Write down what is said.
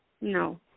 No